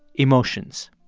emotions.